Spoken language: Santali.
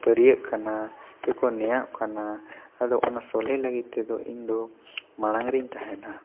ᱠᱷᱟᱹᱯᱟᱹᱨᱤᱭᱟᱹᱜ ᱠᱟᱱᱟ ᱥᱮ ᱠᱚ ᱱᱮᱭᱟᱜ ᱠᱟᱱᱟ ᱟᱫᱚ ᱚᱱᱟ ᱥᱚᱞᱦᱮ ᱞᱟᱹᱜᱤᱫ ᱛᱮᱫᱚ ᱤᱧ ᱫᱚ ᱢᱟᱲᱟᱝ ᱨᱮᱧ ᱛᱟᱦᱮᱱᱟ